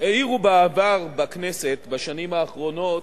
העירו בעבר בכנסת, בשנים האחרונות,